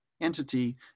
entity